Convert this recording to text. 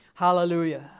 Hallelujah